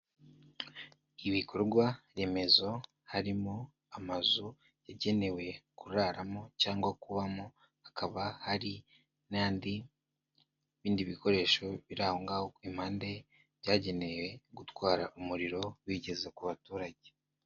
Ibikorwa remezo harimo amazu yagenewe kuraramo cyangwa kubamo, hakaba hari n'andi, ibindi bikoresho biri aho ngaho impande, byagenewe gutwara umuriro biwugeza ku baturage.